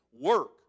work